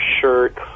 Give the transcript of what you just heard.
shirt